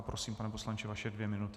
Prosím, pane poslanče, vaše dvě minuty.